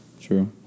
True